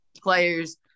players